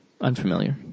Unfamiliar